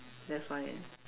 that's why